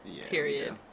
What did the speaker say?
Period